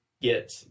get